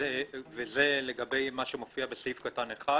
וזה לגבי מה שמופיע בסעיף קטן 1,